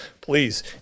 please